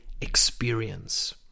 experience